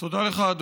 אנחנו רשומים.